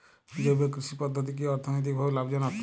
জৈব কৃষি পদ্ধতি কি অর্থনৈতিকভাবে লাভজনক?